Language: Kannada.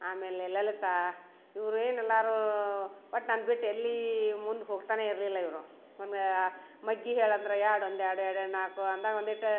ಆಮೇಲೆ ಲಲಿತ ಇವ್ರೇನು ಎಲ್ಲಾರು ಒಟ್ಟು ನನ್ನ ಬಿಟ್ಟು ಎಲ್ಲಿ ಮುಂದೆ ಹೋಗ್ತಾನೇ ಇರಲಿಲ್ಲ ಇವರು ಒಂದು ಮಗ್ಗಿ ಹೇಳು ಅಂದ್ರ ಎರಡು ಒಂದು ಎರಡು ಎರಡೆರಡು ನಾಲ್ಕು ಅಂದಾ ಒಂದಿಟ್ಟು